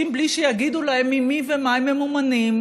בלי שיגידו להם ממי וממה הם ממומנים.